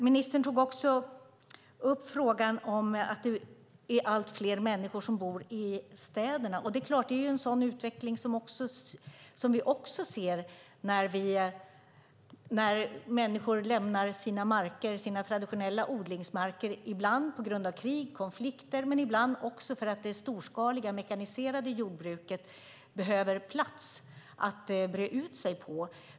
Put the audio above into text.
Ministern tog också upp frågan om att allt fler människor bor i städerna, och det är klart att det är en sådan utveckling som vi ser när människor lämnar sina traditionella odlingsmarker, ibland på grund av krig och konflikter men ibland också för att det storskaliga, mekaniserade jordbruket behöver plats att breda ut sig på.